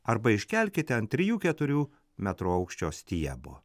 arba iškelkite ant trijų keturių metrų aukščio stiebo